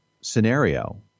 scenario